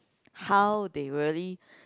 how they really